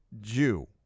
Jew